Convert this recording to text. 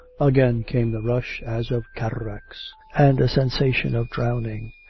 again came the rush as of cataracts and a sensation of drowning.